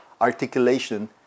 articulation